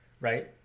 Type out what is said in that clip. right